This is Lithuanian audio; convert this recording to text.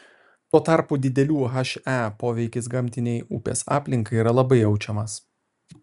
tuo tarpu didelių he poveikis gamtinei upės aplinkai yra labai jaučiamas